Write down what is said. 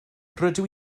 rydw